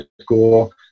school